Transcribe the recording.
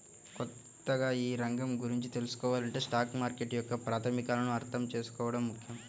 కొత్తగా ఈ రంగం గురించి తెల్సుకోవాలంటే స్టాక్ మార్కెట్ యొక్క ప్రాథమికాలను అర్థం చేసుకోవడం ముఖ్యం